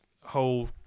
whole